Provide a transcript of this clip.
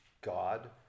God